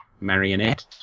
marionette